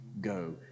go